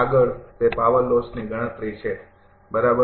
આગળ તે પાવર લોસની ગણતરી છે બરાબર